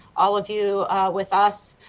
all of you with us.